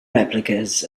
replicas